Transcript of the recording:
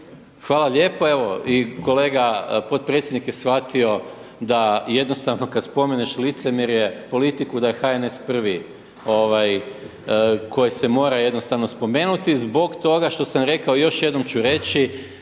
Hvala lijepo, evo i kolega potpredsjednik je shvatio da jednostavno kad spomeneš licemjerje, politiku da je HNS prvi koji se mora jednostavno spomenuti, zbog toga što sam rekao, još jednom ću reći,